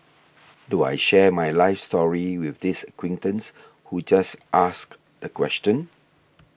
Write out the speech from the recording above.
do I share my life story with this acquaintance who just asked the question